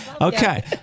Okay